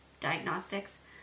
diagnostics